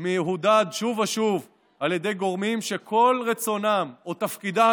מהודהד שוב ושוב על ידי גורמים שכל רצונם או תפקידם,